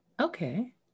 Okay